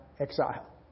exile